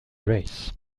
race